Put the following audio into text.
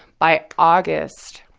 by august,